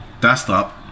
desktop